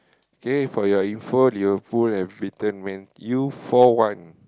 K for your info you pull every turn man you four one